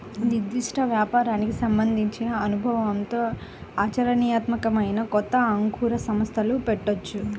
నిర్దిష్ట వ్యాపారానికి సంబంధించిన అనుభవంతో ఆచరణీయాత్మకమైన కొత్త అంకుర సంస్థలు పెట్టొచ్చు